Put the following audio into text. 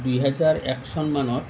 দুহেজাৰ এক চনমানত